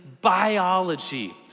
biology